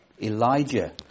Elijah